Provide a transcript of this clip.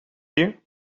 you